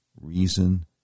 reason